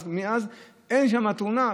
מאז אין שם תאונה.